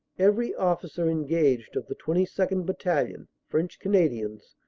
every officer engaged of the twenty second. battalion, french canadians,